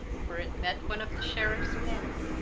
for itt mett one of the sherriffes men,